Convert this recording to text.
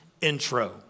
intro